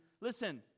listen